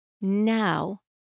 Now